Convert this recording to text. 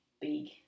big